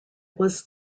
was